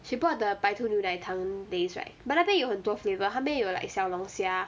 she bought the 白兔奶糖 days right but 那边有很多 flavour 他们有 like 小龙虾